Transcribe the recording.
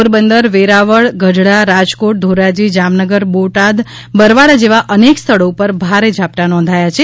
પોરબંદર વેરાવળ ગઢડારાજકોટ ધોરાજી જામનગર બોટાદ બરવાળા જેવા અનેક સ્થળો ઉપર ભારે ઝાપટાં નોંધાયા છે